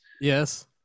Yes